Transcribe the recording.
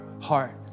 heart